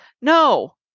no